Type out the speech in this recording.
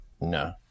No